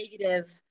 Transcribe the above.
negative